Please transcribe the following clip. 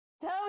Tell